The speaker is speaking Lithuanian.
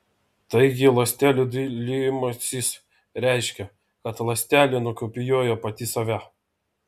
taigi ląstelių dalijimasis reiškia kad ląstelė nukopijuoja pati save